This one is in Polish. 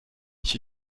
się